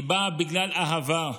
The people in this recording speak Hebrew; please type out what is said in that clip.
היא באה בגלל אהבה,